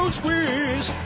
squeeze